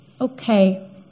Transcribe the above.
Okay